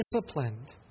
disciplined